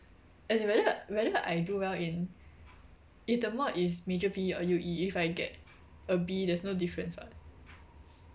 as in whether whether I do well in if the mod is major P_E or U_E if I get a B there's no difference [what]